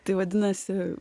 tai vadinasi